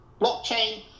blockchain